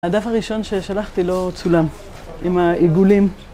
הדף הראשון ששלחתי לו צולם, עם העיגולים.